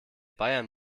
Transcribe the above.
bayern